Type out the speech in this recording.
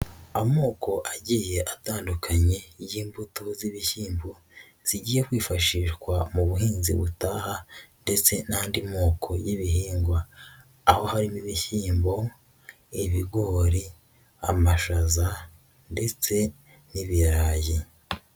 Amoko agiye atandukanye y'imbuto z'ibishyimbo zigiye kwifashishwa mu buhinzi butaha ndetse n'andi moko y'ibihingwa aho harimo ibishyimbo, ibigori, amashaza ndetse n'ibirayi.